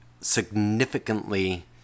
significantly